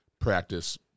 practice